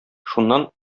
шуннан